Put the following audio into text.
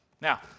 Now